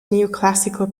neoclassical